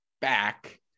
back